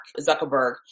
Zuckerberg